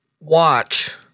watch